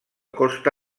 costa